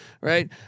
right